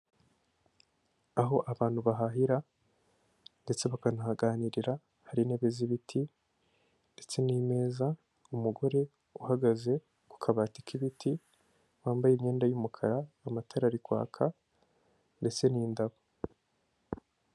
Aho abantu bahahira ndetse bakanahaganirira, hari intebe z'ibiti ndetse n'imeza, umugore uhagaze ku kabati k'ibiti, wambaye imyenda y'umukara, amatara ari kwaka ndetse n'indabo.